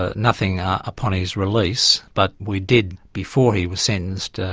ah nothing upon his release, but we did, before he was sentenced,